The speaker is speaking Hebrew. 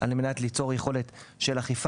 על מנת ליצור יכולת אכיפה.